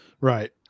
right